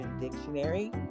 Dictionary